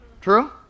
True